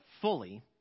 fully